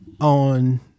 on